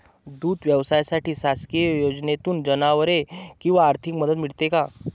दूध व्यवसायासाठी शासकीय योजनेतून जनावरे किंवा आर्थिक मदत मिळते का?